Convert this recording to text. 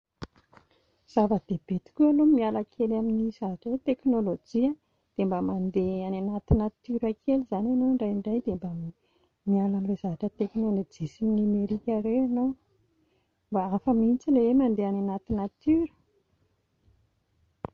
Zava-dehibe tokoa aloha ny miala kely amin'ny zavatra hoe teknôlôjia dia mba mandeha any anaty natiora kely izany ianao indraindray dia mba miala amin'ilay zavatra teknôlôjia sy ny nomerika ireny ianao. Mba hafa mihintsy ilay hoe mandeha any anaty natiora